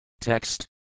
Text